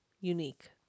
unique